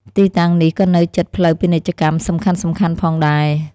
ទីតាំងនេះក៏នៅជិតផ្លូវពាណិជ្ជកម្មសំខាន់ៗផងដែរ។